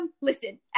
Listen